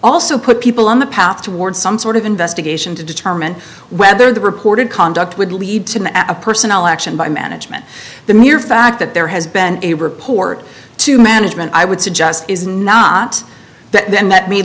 also put people on the path toward some sort of investigation to determine whether the reported conduct would lead to a personal action by management the mere fact that there has been a report to management i would suggest is not that then that m